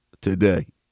today